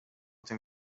tym